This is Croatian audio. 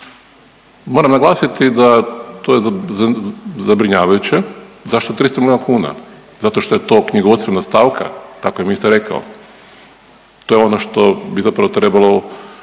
Moram naglasiti da to je zabrinjavajuće, zašto 300 milijuna kuna? Zato što je to knjigovodstvena stavka, tako je ministar rekao. To je ono što bi zapravo trebalo